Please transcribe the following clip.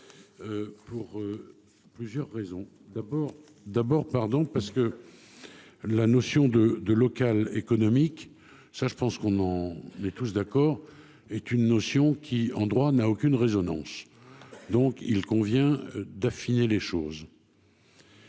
Pour. Plusieurs raisons d'abord d'abord pardon parce que. La notion de de local économique ça je pense qu'on en met tous d'accord est une notion qui en droit n'a aucune résonance donc il convient d'affiner les choses.